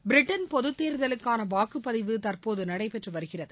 Britain பொதுத் தேர்தலுக்கான வாக்குபதிவு தற்போது நடைபெற்று வருகிறது